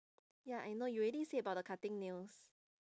ya I know you already say about the cutting nails